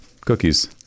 cookies